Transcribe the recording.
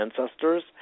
ancestors